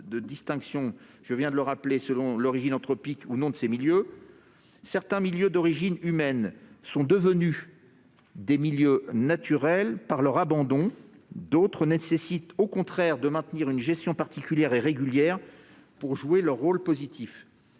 ne fait pas de distinction selon l'origine anthropique ou non de ces milieux. Certains milieux d'origine humaine sont devenus des milieux naturels par leur abandon, d'autres nécessitent au contraire de maintenir une gestion particulière et régulière pour jouer leur rôle positif.